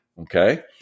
Okay